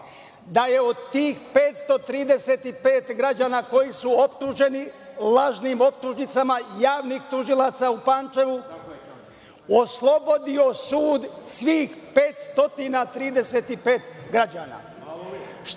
da je od tih 535 građana koji su optuženi lažnim optužnicama javnih tužilaca u Pančevu, oslobodio sud svih 535 građana.